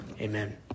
Amen